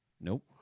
Nope